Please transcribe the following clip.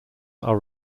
are